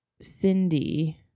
Cindy